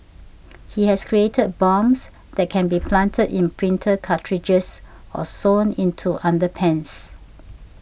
he has created bombs that can be planted in printer cartridges or sewn into underpants